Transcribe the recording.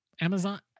Amazon